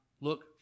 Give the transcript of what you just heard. look